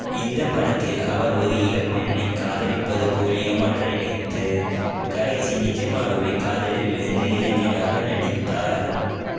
இந்தப் படத்தில் அவர் ஒரு இளம் பெண்ணைக் காதலிப்பது போல் ஏமாற்ற நினைத்து கடைசியில் நிஜமாகவே காதலில் விழுந்து இளைஞனாக நடித்தார்